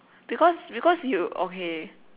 because you because you okay